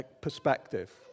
perspective